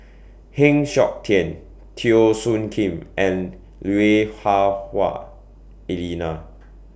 Heng Siok Tian Teo Soon Kim and Wah Hah Hua Elena